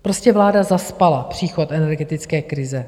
Prostě vláda zaspala příchod energetické krize.